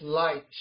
light